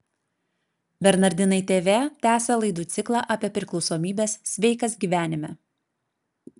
bernardinai tv tęsia laidų ciklą apie priklausomybes sveikas gyvenime